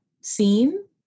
seen